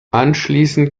anschließend